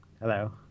Hello